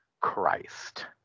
Christ